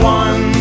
one